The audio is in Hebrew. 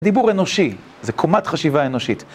דיבור אנושי זה קומת חשיבה אנושית.